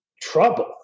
trouble